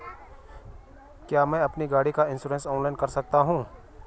क्या मैं अपनी गाड़ी का इन्श्योरेंस ऑनलाइन कर सकता हूँ?